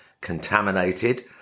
contaminated